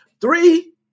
Three